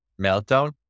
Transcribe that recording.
meltdown